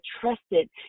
trusted